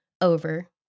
over